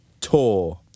tour